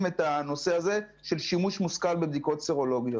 את הנושא הזה של שימוש מושכל בבדיקות סרולוגיות.